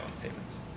payments